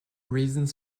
reasons